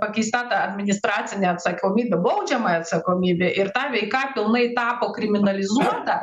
pakeista ta administracinė atsakomybė baudžiamai atsakomybei ir ta veika pilnai tapo kriminalizuota